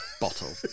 bottle